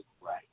right